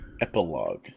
Epilogue